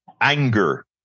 anger